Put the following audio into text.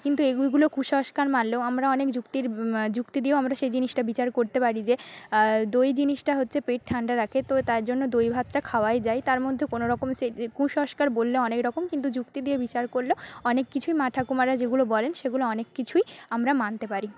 কিন্তু এই এইগুলো কুসংস্কার মানলেও আমরা অনেক যুক্তির যুক্তি দিয়েও আমরা সেই জিনিসটা বিচার করতে পারি যে আ দই জিনিসটা হচ্ছে পেট ঠান্ডা রাখে তো তার জন্য দইভাতটা খাওয়াই যায় তার মধ্যে কোনোরকম সেই যে কুসংস্কার বললে অনেকরকম কিন্তু যুক্তি দিয়ে বিচার করলে অনেক কিছুই মা ঠাকুমারা যেগুলো বলেন সেগুলো অনেক কিছুই আমরা মানতে পারি